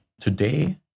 today